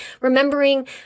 remembering